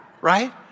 right